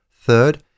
Third